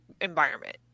environment